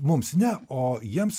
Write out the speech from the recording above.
mums ne o jiems